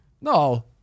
no